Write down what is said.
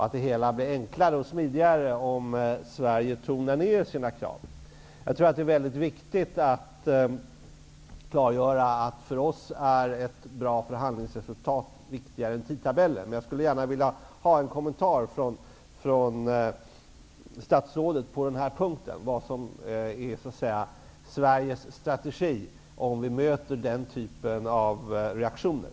Det hela skulle bli enklare och smidigare om Sverige tonade ned sina krav. Jag tror att det är mycket viktigt att klargöra att ett bra förhandlingresultat för oss är viktigare än tidtabellen. Jag skulle vilja ha en kommentar från statsrådet på den här punkten. Vad är Sveriges strategi om vi möter den typen av reaktioner?